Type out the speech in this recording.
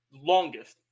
longest